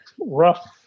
rough